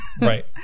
Right